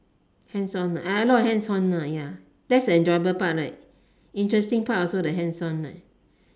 hands on ah a lot of hands on lah ya that's the enjoyable part right interesting part also the hands on right